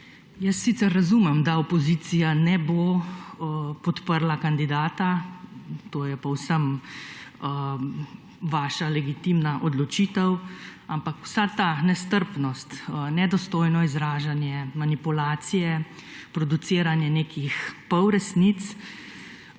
Jaz sicer razumem, da opozicija ne bo podprla kandidata, to je povsem vaša legitimna odločitev, ampak vsa ta nestrpnost, nedostojno izražanje, manipulacije, produciranje nekih pol resnic,